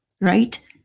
right